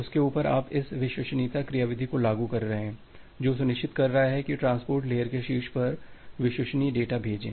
उसके ऊपर आप इस विश्वसनीयता क्रियाविधि को लागू कर रहे हैं जो सुनिश्चित कर रहा है कि ट्रांसपोर्ट लेयर के शीर्ष पर विश्वसनीय डेटा भेजें